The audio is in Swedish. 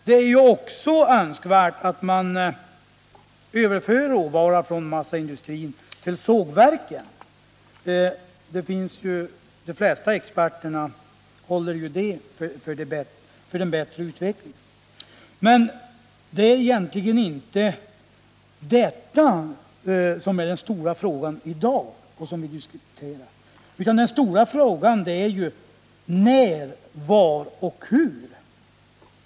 Det är också önskvärt att överföra råvara från ma aindustrin till sågverken — de flesta experter håller ju det för en bättre utveckling. Men det är egentligen inte detta som är den stora frågan i dag och som vi nu diskuterar. Den stora frågan gäller när, var och hur.